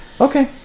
Okay